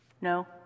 No